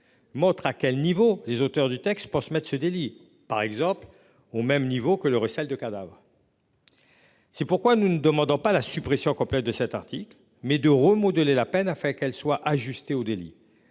Montre à quel niveau. Les auteurs du texte pour ce match ce délit par exemple au même niveau que le recel de cadavre. C'est pourquoi nous ne demandons pas la suppression complète de cet article mais de remodeler la peine a fait qu'elle soit ajustés au délit.